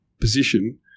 position